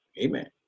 Amen